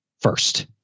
first